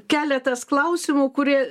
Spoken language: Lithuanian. keletas klausimų kurie